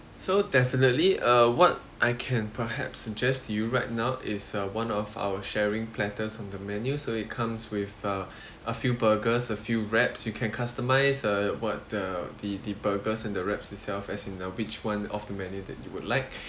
so definitely uh what I can perhaps suggest to you right now is uh one of our sharing platters on the menu so it comes with uh a few burgers a few wraps you can customise uh what the the the burgers and the wraps itself as in uh which one off the menu that you would like